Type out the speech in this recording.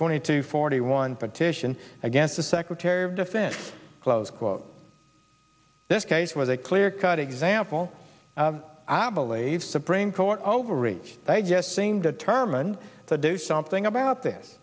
twenty to forty one petition against the secretary of defense close quote this case with a clear cut example i believe supreme court overreach they just seem determined to do something about this